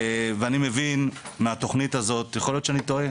ואני מבין מהתוכנית הזאת - יכול להיות שאני טועה.